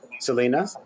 Selena